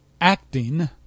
acting